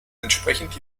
entsprechend